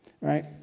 right